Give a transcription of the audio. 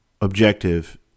objective